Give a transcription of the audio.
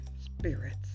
spirits